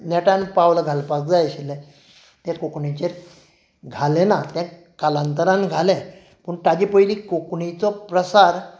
नेटान पावल घालपाक जाय आशिल्लें तें कोंकणीचें घालें ना तें कालांतरांत घालें पूण ताचे पयलीं कोंकणीचो प्रसार